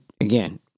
again